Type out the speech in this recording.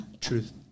Truth